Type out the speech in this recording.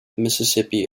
mississippi